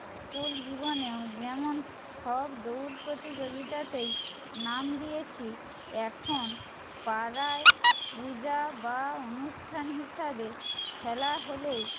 school জীবনেও যেমন সব দৌড় প্রতিযোগিতাতেই নাম দিয়েছি এখন পাড়ায় পূজা বা অনুষ্ঠান হিসাবে খেলা হলেই